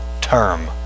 term